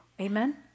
Amen